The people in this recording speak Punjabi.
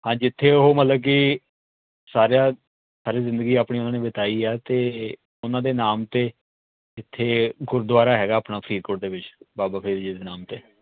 ਹਾਂ ਜਿੱਥੇ ਉਹ ਮਤਲਬ ਕਿ ਸਾਰਿਆਂ ਸਾਰੀ ਜ਼ਿੰਦਗੀ ਆਪਣੀ ਉਹਨਾਂ ਨੇ ਬਿਤਾਈ ਆ ਅਤੇ ਉਹਨਾਂ ਦੇ ਨਾਮ 'ਤੇ ਇੱਥੇ ਗੁਰਦੁਆਰਾ ਹੈਗਾ ਆਪਣਾ ਫਰੀਦਕੋਟ ਦੇ ਵਿੱਚ ਬਾਬਾ ਫਰੀਦ ਜੀ ਦੇ ਨਾਮ 'ਤੇ